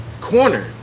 corner